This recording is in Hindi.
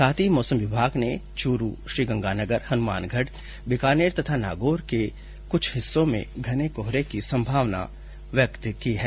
साथ ही मौसम विभाग ने चूरू श्रीगंगानगर हनुमानगढ बीकानेर तथा नागौर के कुछ हिस्सों में घने कोहरे की संभावना व्यक्त की है